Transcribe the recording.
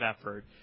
effort